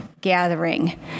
gathering